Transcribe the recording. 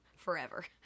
forever